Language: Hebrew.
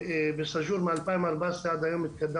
סאג'ור הייתה שייכת למועצה אזורית מרום הגליל ולא הייתה פה מועצה